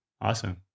awesome